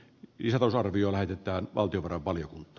jalas arvioi lähetetään valtiovarainvaliokunta